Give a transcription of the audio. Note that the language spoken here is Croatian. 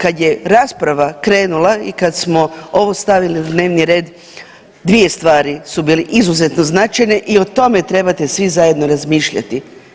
Kad je rasprava krenula i kad smo ovo stavili na dnevni red, dvije stvari su bile izuzetno značajne i o tome trebate svi zajedno razmišljati.